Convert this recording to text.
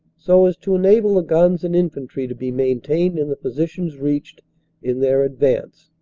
so as to enable the guns and infantry to be maintained in the positions reached in their advance.